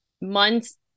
months